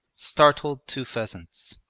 started two pheasants.